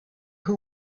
who